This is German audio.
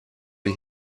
ich